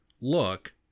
look